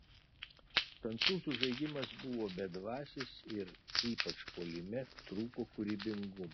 prancūzų žaidimas buvo bedvasis ir ypač puolime trūko kūrybingumo